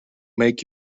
make